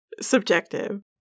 subjective